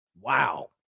Wow